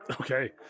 Okay